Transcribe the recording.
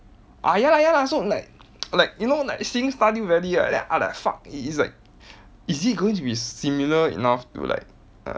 ah ya lah ya lah so like like you know like seeing stardew valley right then I like fuck it's like is it going to be similar enough to like err